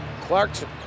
Clarkson